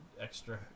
extra